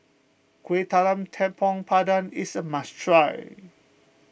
Kueh Talam Tepong Pandan is a must try